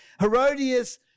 Herodias